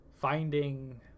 finding